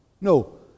No